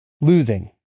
losing